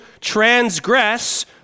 transgress